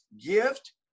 Gift